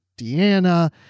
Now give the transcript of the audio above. Deanna